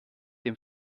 dem